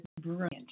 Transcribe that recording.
brilliant